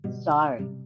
sorry